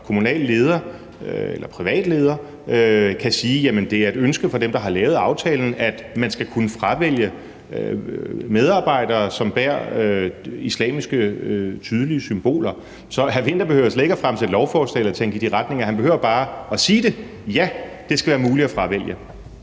kommunal leder eller privat leder kan sige, at det er et ønske fra dem, som har lavet aftalen, at man skal kunne fravælge medarbejdere, som bærer tydelige islamiske symboler. Så hr. Henrik Vinther behøver slet ikke at fremsætte lovforslag eller tænke i de retninger; han behøver bare at sige det: Ja, det skal være muligt at fravælge.